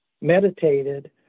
meditated